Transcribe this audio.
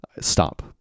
Stop